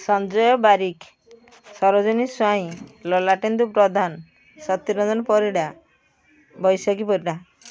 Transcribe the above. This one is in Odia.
ସଞ୍ଜୟ ବାରିକ ସରୋଜିନୀ ସ୍ୱାଇଁ ଲଲାଟେନ୍ଦୁ ପ୍ରଧାନ ସତ୍ୟରଞ୍ଜନ ପରିଡ଼ା ବୈଶାଖୀ ପରିଡ଼ା